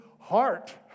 heart